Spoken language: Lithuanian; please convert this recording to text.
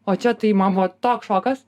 o čia tai man buvo toks šokas